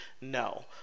no